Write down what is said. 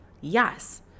Yes